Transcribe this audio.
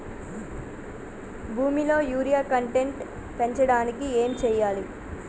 భూమిలో urea content పెంచడానికి ఏం చేయాలి?